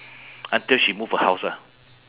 until she move her house ah